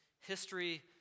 history